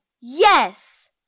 Yes